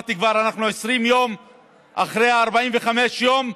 ואמרתי כבר: אנחנו 20 יום אחרי 45 יום,